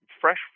fresh